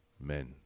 Men